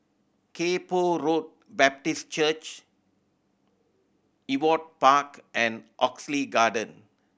Kay Poh Road Baptist Church Ewart Park and Oxley Garden